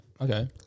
Okay